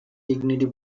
dignity